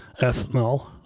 ethanol